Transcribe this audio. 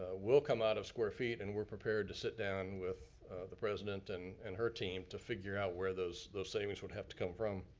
will come out of square feet, and we're prepared to sit down with the president and and her team to figure out where those those savings would have to come from.